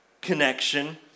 connection